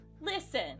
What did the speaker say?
Listen